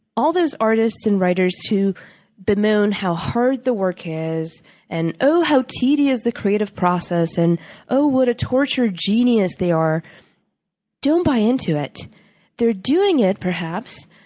all those artist and writers who bemoan how hard the work is and oh, how tedious the creative process, and oh, what a tortured genius they are don't buy into they're doing it, perhaps,